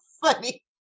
funny